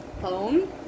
phone